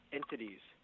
entities